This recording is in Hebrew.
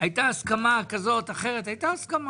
הייתה הסכמה כזו או אחרת, אבל הייתה הסכמה,